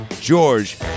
George